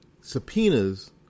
subpoenas